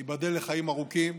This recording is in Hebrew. תיבדל לחיים ארוכים,